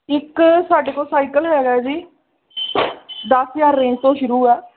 ਇੱਕ ਸਾਡੇ ਕੋਲ ਸਾਈਕਲ ਹੈਗਾ ਜੀ ਦਸ ਹਜ਼ਾਰ ਰੇਂਜ ਤੋਂ ਸ਼ੁਰੂ ਹੈ